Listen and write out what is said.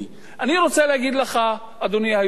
אני רוצה להגיד לך, אדוני היושב-ראש,